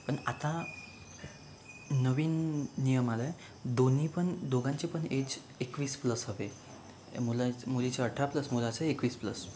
पण आता नवीन नियम आला आहे दोन्ही पण दोघांची पण एज एकवीस प्लस हवे मुला मुलीचे अठरा प्लस मुलाचे एकवीस प्लस